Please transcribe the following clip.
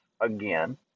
again